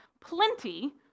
plenty